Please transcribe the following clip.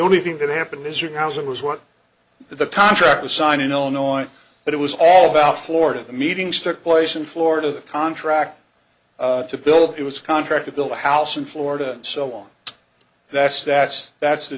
only thing that happened is your house that was what the contract was signed in illinois but it was all about florida the meetings took place in florida the contract to build it was contracted build a house in florida so on that's that's that's the